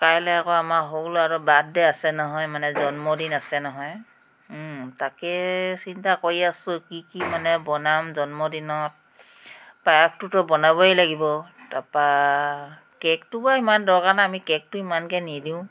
কাইলৈ আকৌ আমাৰ সৰু ল'ৰাটোৰ বাৰ্থডে আছে নহয় মানে জন্মদিন আছে নহয় তাকে চিন্তা কৰি আছো কি কি মানে বনাম জন্মদিনত পায়সটোতো বনাবই লাগিব তাৰপৰা কে'কটো বাৰু ইমান দৰকাৰ নাই আমি কে'কটো ইমানকৈ নিদিওঁ